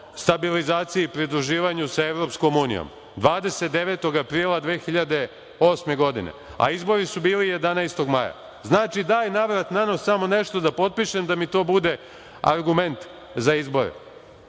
stabilizaciji i pridruživanju sa EU, 29. aprila 2008. godine, a izbori su bili 11.maja. Znači, daj na vrat na nos samo nešto da potpišem da mi to bude argument za izbore. Ni